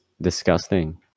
disgusting